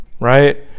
right